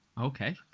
Okay